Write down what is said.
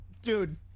Dude